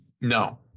No